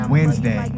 Wednesday